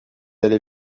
allé